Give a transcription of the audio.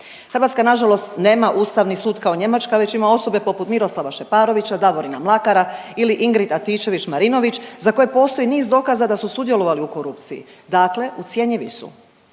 Hrvatska nažalost nema Ustavni sud kao Njemačka već ima osobe poput Miroslava Šeparovića, Davorina Mlakara ili Ingrid Antičević Marinović, za koje postoji niz dokaza da su sudjelovali u korupciji. Dakle, ucjenjivi su.